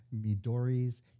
Midori's